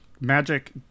magic